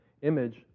image